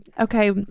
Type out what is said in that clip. Okay